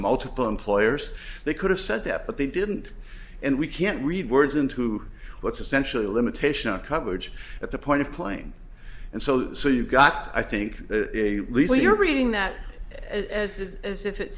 multiple employers they could have said that but they didn't and we can't read words into what's essentially a limitation on coverage at the point of playing and so the so you've got i think you're reading that as as if it